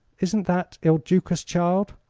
isn't that il duca's child?